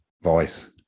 voice